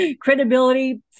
credibility